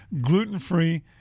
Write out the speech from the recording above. Gluten-free